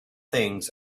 things